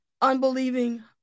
unbelieving